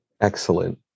Excellent